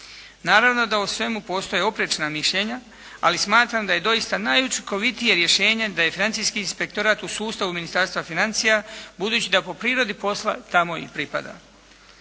Naravno da o svemu postoje oprečna mišljenja, ali smatram da je doista najučinkovitije rješenje da je Financijski inspektorat u sustavu Ministarstva financija budući da po prirodi posla tamo i pripada.